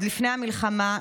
עוד לפני המלחמה,